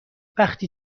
وقتی